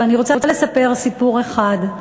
ואני רוצה לספר סיפור אחד,